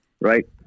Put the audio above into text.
right